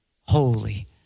holy